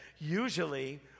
usually